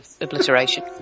obliteration